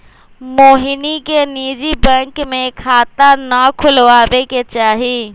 मोहिनी के निजी बैंक में खाता ना खुलवावे के चाहि